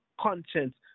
conscience